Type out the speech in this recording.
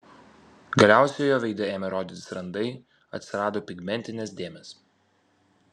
galiausiai jo veide ėmė rodytis randai atsirado pigmentinės dėmės